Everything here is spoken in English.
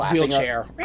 Wheelchair